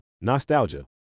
nostalgia